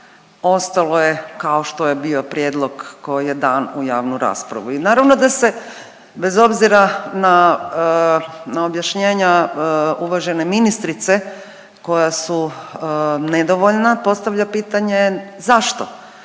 ostalo je kao što je bio prijedlog koji je dan u javnu raspravu. I naravno da se bez obzira na objašnjenja uvažene ministrice koja su nedovoljna postavlja pitanje zašto